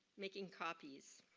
making copies.